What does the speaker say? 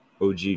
OG